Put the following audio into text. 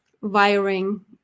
wiring